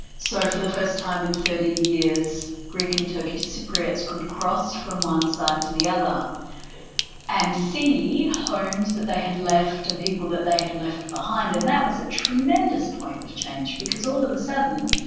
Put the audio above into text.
so for the first time in thirty years greek and turkish cypriots could cross from one side to the other and see homes that they had left and people that they had left behind, and that was a tremendous point of change because all of a sudden,